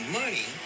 money